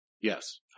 Yes